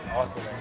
awesome,